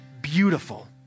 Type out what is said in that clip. beautiful